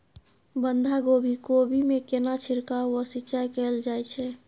बंधागोभी कोबी मे केना छिरकाव व सिंचाई कैल जाय छै?